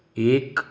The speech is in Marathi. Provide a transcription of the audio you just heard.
एक